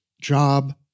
job